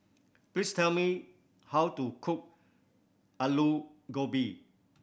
please tell me how to cook Aloo Gobi